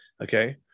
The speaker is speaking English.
Okay